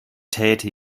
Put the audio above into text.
täte